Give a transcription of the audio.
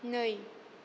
नै